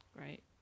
Right